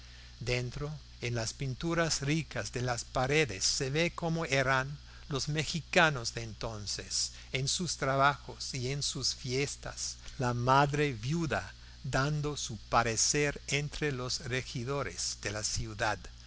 dentro en las pinturas ricas de las paredes se ve como eran los mexicanos de entonces en sus trabajos y en sus fiestas la madre viuda dando su parecer entre los regidores de la ciudad